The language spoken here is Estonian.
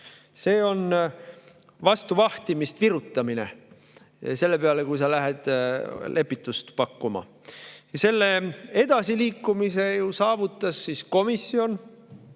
See on vastu vahtimist virutamine selle peale, kui sa lähed lepitust pakkuma. Selle edasiliikumise ju saavutas komisjon